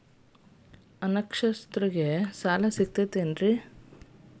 ಅನಕ್ಷರಸ್ಥರಿಗ ಸಾಲ ಸಿಗತೈತೇನ್ರಿ?